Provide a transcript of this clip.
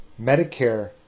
Medicare